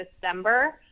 December